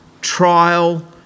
trial